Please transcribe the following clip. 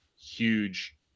huge